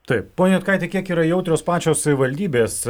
taip ponia juodkaite kiek yra jautrios pačios savivaldybės